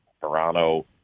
Toronto